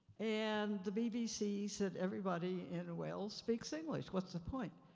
and the bbc said everybody in whales speaks english. what's the point.